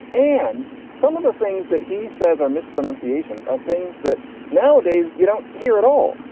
and some of the things that he says are mispronunciations are things that nowadays you don't hear at all.